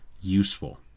useful